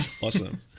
awesome